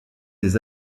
des